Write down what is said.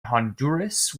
honduras